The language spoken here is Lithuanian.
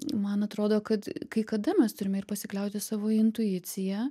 man atrodo kad kai kada mes turime ir pasikliauti savo intuicija